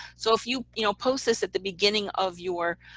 so if you you know post this at the beginning of your